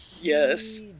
Yes